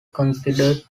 considered